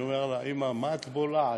אני אומר לה: אימא, מה את בולעת?